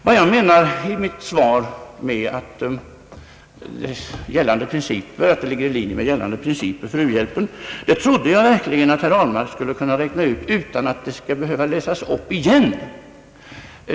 Vad jag i mitt svar menar med att insatserna ligger i linje med gällande principer för u-hjälpen trodde jag verkligen att herr Ahlmark skulle kunna räkna ut utan att det skall behöva läsas upp igen.